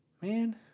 Man